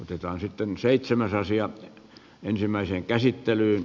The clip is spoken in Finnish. otetaan sitten seitsemän raision ensimmäiseen käsittelyyn